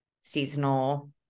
seasonal